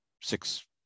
six